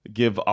give